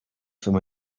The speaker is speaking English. from